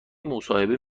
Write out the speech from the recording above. مصاحبه